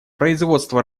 производство